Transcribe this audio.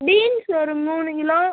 beans ஒரு மூணு kilo